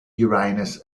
uranus